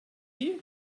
here